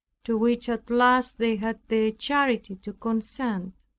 to which at last they had the charity to consent.